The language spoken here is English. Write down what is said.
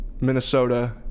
Minnesota